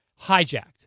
Hijacked